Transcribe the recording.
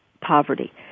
poverty